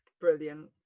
brilliant